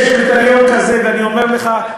לא נכון,